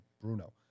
Bruno